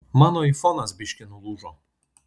mano aifonas biškį nulūžo